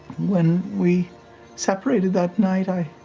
when we separated that night, i,